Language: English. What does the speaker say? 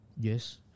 yes